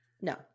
No